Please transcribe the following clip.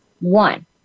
One